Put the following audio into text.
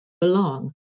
belong